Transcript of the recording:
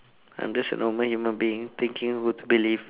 I'm just a normal human being thinking would believe